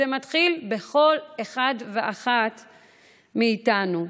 זה מתחיל בכל אחד ואחת מאיתנו.